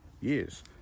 years